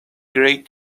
great